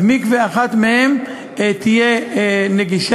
אז מקווה אחת מהן תהיה נגישה,